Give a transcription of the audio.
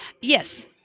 Yes